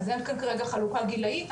אז אין כאן כרגע חלוקה גילאית,